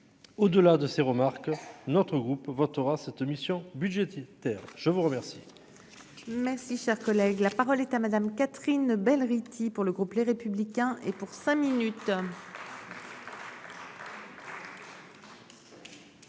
au-delà de ces remarques notre groupe votera cette mission budgétaire, je vous remercie. Voilà. Merci, cher collègue, la parole est à Madame Catherine Bell Rithy pour le groupe Les Républicains et pour cinq minutes.